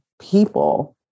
people